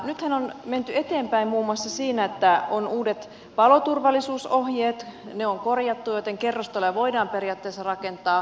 nythän on menty eteenpäin muun muassa siinä että on uudet paloturvallisuusohjeet ne on korjattu joten kerrostaloja voidaan periaatteessa rakentaa